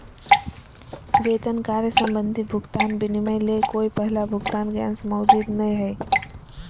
वेतन कार्य संबंधी भुगतान विनिमय ले कोय पहला भुगतान के अंश मौजूद नय हइ